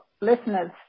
listeners